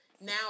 Now